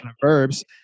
verbs